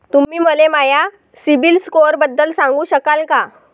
तुम्ही मले माया सीबील स्कोअरबद्दल सांगू शकाल का?